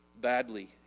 badly